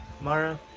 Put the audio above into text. Mara